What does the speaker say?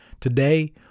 Today